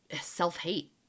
self-hate